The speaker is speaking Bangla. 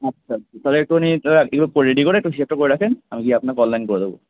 আচ্ছা আচ্ছা তাহলে একটুখানি দাদা এগুলো রেডি করে একটু হিসাবটা করে রাখেন আমি গিয়ে আপনাকে অনলাইন করে দেবো